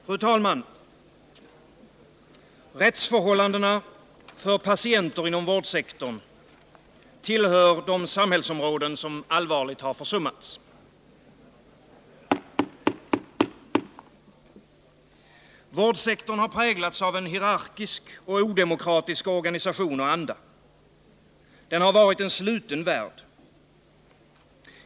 Fru talman! Rättsförhållandena för patienter inom vårdsektorn tillhör de samhällsområden som allvarligt försummats. Vårdsektorn har präglats av en hierarkisk och odemokratisk organisation och anda. Den har varit en sluten värld.